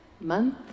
month